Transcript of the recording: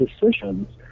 decisions